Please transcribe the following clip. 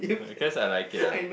because I like it ah